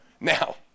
Now